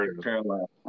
parallel